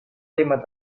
lima